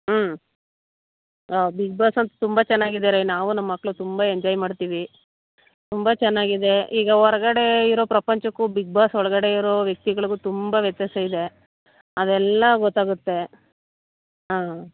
ಹ್ಞೂ ಹಾಂ Bigg Boss ಅಂತೂ ತುಂಬ ಚೆನ್ನಾಗಿದೆ ರೀ ನಾವು ನಮ್ಮ ಮಕ್ಕಳು ತುಂಬ ಎಂಜಾಯ್ ಮಾಡ್ತೀವಿ ತುಂಬ ಚೆನ್ನಾಗಿದೆ ಈಗ ಹೊರ್ಗಡೆ ಇರೋ ಪ್ರಪಂಚಕ್ಕೂ ಬಿಗ್ ಬಾಸ್ ಒಳಗಡೆ ಇರೋ ವ್ಯಕ್ತಿಗಳ್ಗೂ ತುಂಬ ವ್ಯತ್ಯಾಸ ಇದೆ ಅದೆಲ್ಲ ಗೊತ್ತಾಗುತ್ತೆ ಹಾಂ